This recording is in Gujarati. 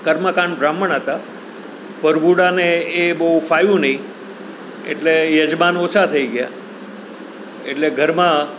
કર્મકાંડ બ્રાહ્મણ હતા પરભુડાને એ બહુ ફાવ્યું નહીં એટલે યજમાન ઓછા થઈ ગયાં એટલે ઘરમાં